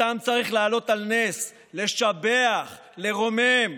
אותם צריך להעלות על נס, לשבח, לרומם.